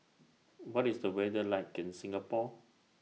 What IS The weather like in Singapore